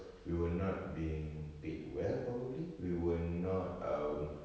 we were not being paid well we were not um